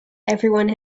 everyone